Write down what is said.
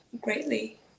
greatly